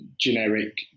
generic